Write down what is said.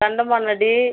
Kandamanadi